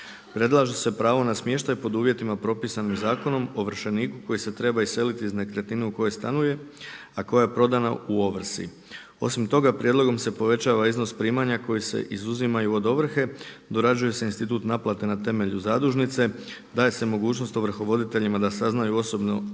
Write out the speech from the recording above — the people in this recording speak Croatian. Predlaže se pravo na smještaj pod uvjetima propisanih zakonom ovršeniku koji se treba iseliti iz nekretnine u kojoj stanuje, a koja je prodana u ovrsi. Osim toga prijedlogom se povećava iznos primanja koji se izuzimaju od ovrhe, dorađuje se institut naplate na temelju zadužnice, daje se mogućnost ovrhovoditeljima da saznaju OIB